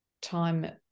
time